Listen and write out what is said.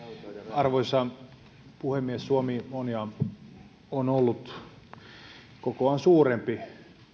arvoisa puhemies suomi on ja on ollut kokoaan suurempi